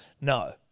No